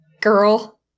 girl